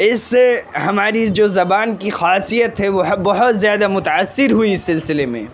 اس سے ہماری جو زبان کی خاصیت ہے وہ ہے بہت زیادہ متاثر ہوئی اس سلسلے میں